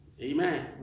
Amen